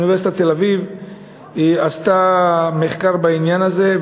אוניברסיטת תל-אביב עשתה מחקר בעניין הזה,